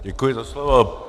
Děkuji za slovo.